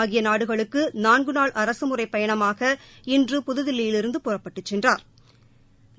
ஆகிய நாடுகளுக்கு நான்கு நாள் அரசுமுறைப் பயணமாக இன்று புதுதில்லியிலிருந்து புறப்பட்டுச் சென்றாா்